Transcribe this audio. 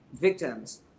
victims